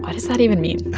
what does that even mean?